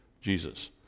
Jesus